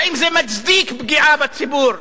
האם זה מצדיק פגיעה בציבור,